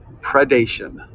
predation